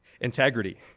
integrity